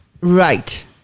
Right